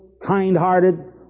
kind-hearted